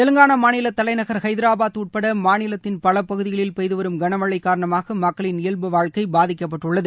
தெலங்காளா மாநில தலைநகர் ஹைதராபாத் உட்பட மாநிலத்தின் பல பகுதிகளில் பெய்து வரும் கனமழை காரணமாக மக்களின் இயல்பு வாழ்க்கை பாதிக்கப்பட்டுள்ளது